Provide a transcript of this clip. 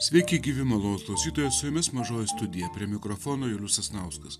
sveiki gyvi malonūs klausytojai su jumis mažoji studija prie mikrofono julius sasnauskas